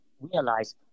realize